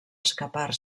escapar